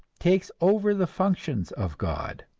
takes over the functions of god.